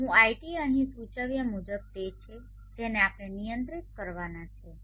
હું iT અહીં સૂચવ્યા મુજબ તે છે જેને આપણે નિયંત્રિત કરવાના છીએ